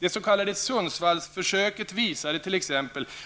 Det s.k. Sundsvallsförsöket visade t.ex.